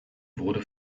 wurde